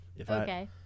okay